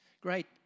great